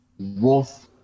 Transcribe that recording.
Wolf